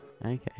Okay